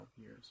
years